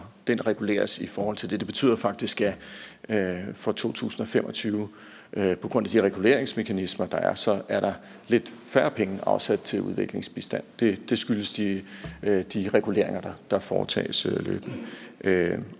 den reguleres i forhold til det. Det betyder faktisk, at der for 2025 på grund af de reguleringsmekanismer, der er, er afsat lidt færre penge til udviklingsbistand. Det skyldes de reguleringer, der foretages løbende.